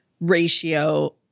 ratio